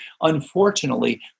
Unfortunately